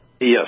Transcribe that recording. Yes